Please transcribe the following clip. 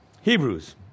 Hebrews